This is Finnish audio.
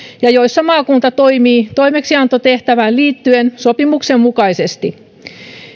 ja joissa maakunta toimii toimeksiantotehtävään liittyen sopimuksen mukaisesti